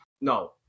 No